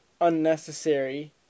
unnecessary